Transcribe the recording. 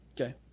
Okay